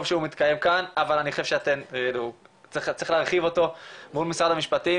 טוב שהוא מתקיים כאן אבל אני חושב שצריך להרחיב אותו מול משרד המשפטים,